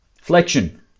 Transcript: Flexion